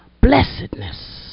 blessedness